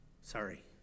Sorry